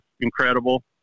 incredible